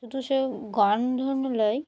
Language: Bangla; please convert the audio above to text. শুধু সে গান